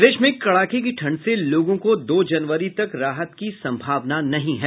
प्रदेश में कड़ाके की ठंड से लोगों को दो जनवरी तक राहत की संभावना नहीं है